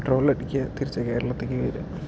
petrol അടിക്കുക തിരിച്ച് കേരളത്തിലേയ്ക്ക് വരിക